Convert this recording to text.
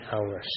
hours